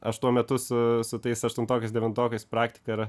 aš tuo metu su su tais aštuntokais devintokais praktiką ir